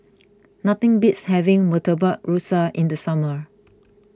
nothing beats having Murtabak Rusa in the summer